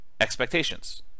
expectations